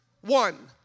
one